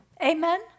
Amen